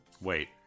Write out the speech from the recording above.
Wait